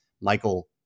Michael